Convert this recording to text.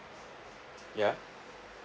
ya